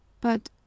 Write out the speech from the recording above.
But